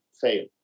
fail